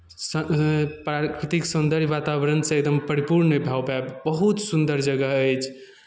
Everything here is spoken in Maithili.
सँ प्राकृतिक सौंदर्य वातावरणसँ एकदम परिपूर्ण नहि भऽ पायब बहुत सुन्दर जगह अछि